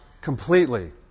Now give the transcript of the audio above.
completely